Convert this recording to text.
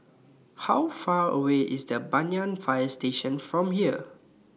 How Far away IS Banyan Fire Station from here